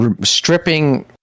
stripping